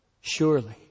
Surely